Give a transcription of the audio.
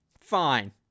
fine